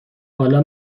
حالا